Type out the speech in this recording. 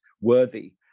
worthy